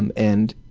and and